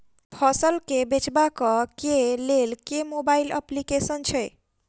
फसल केँ बेचबाक केँ लेल केँ मोबाइल अप्लिकेशन छैय?